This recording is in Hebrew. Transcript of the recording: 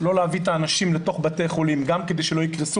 לא להביא את האנשים לתוך בתי החולים גם כדי שלא יקרסו